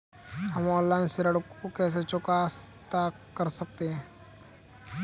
हम ऑनलाइन ऋण को कैसे चुकता कर सकते हैं?